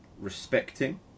respecting